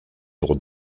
pour